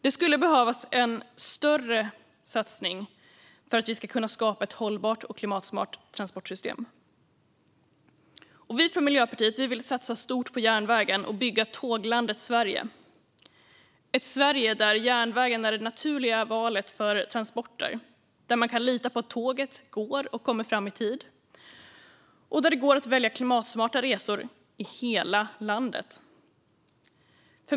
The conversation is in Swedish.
Det skulle behövas en större satsning för att vi ska kunna skapa ett hållbart och klimatsmart transportsystem. Och vi från Miljöpartiet vill satsa stort på järnvägen och bygga tåglandet Sverige, ett Sverige där järnvägen är det naturliga valet för transporter där man kan lita på att tåget går och kommer fram i tid och där det går att välja klimatsmarta resor i hela landet.